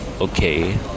okay